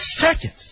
seconds